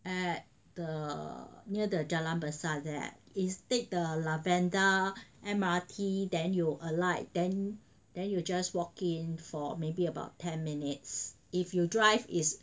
at the near the jalan besar there is take the lavender M_R_T then you alight then then you just walk in for maybe about ten minutes if you drive is